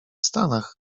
stanach